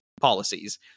policies